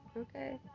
Okay